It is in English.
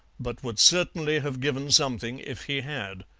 but would certainly have given something if he had.